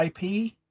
IP